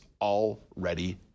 already